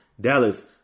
Dallas